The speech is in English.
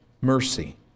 mercy